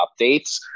updates